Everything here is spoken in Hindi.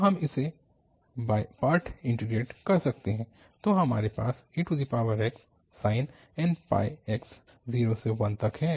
तो हम इसे बाय पार्ट इन्टीग्रेट कर सकते हैं तो हमारे पास exsin nπx 0 से 1 तक है